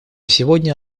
сегодня